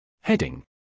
Heading